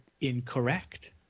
incorrect